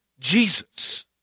Jesus